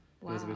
Wow